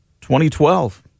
2012